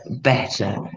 better